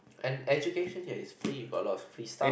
and education here is free you got a lot of free stuff